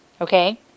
Okay